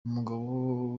umugabo